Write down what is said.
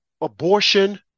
abortion